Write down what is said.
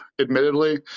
admittedly